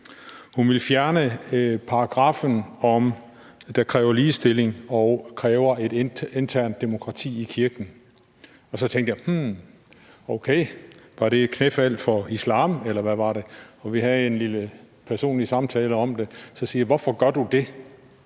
Hun ville fjerne paragraffen, der kræver ligestilling og et internt demokrati i kirken. Og så tænkte jeg: Hm, okay, var det et knæfald for islam, eller hvad var det? Vi havde en lille personlig samtale om det, og så siger jeg: Hvorfor gør du det?